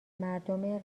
مردم